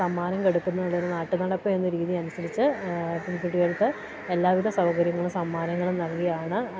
സമ്മാനം കൊടുക്കുന്നതൊരു നാട്ടുനടപ്പെന്ന രീതിയനുസരിച്ച് പെൺകുട്ടികൾക്ക് എല്ലാവിധ സൗകര്യങ്ങളും സമ്മാനങ്ങളും നൽകിയാണ്